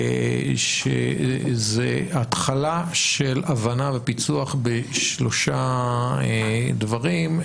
זו התחלה של הבנה ופיצוח בשלושה דברים,